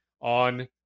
on